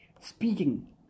speaking